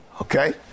Okay